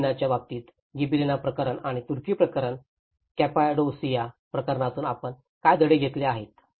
गिबेलिनाGibellina'sच्या बाबतीत गिबेलिना प्रकरण आणि तुर्की प्रकरण कॅपाडोसिया प्रकरणातून आपण काय धडे घेतले आहेत